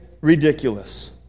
ridiculous